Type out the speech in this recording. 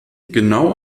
genau